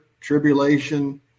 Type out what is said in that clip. tribulation